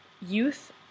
youth